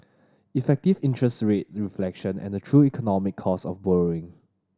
effective interest rates reflection a true economic cost of borrowing